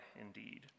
indeed